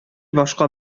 башка